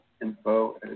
info